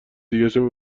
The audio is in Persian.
دیگشم